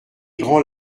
grands